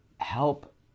Help